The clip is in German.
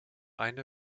eine